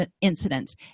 incidents